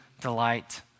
delight